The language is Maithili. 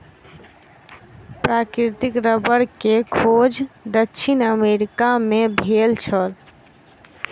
प्राकृतिक रबड़ के खोज दक्षिण अमेरिका मे भेल छल